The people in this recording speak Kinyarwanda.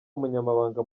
umunyamabanga